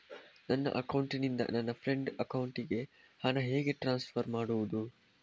ನನ್ನ ಅಕೌಂಟಿನಿಂದ ನನ್ನ ಫ್ರೆಂಡ್ ಅಕೌಂಟಿಗೆ ಹಣ ಹೇಗೆ ಟ್ರಾನ್ಸ್ಫರ್ ಮಾಡುವುದು?